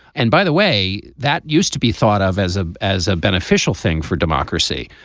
and by the way, that used to be thought of as a as a beneficial thing for democracy,